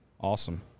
Awesome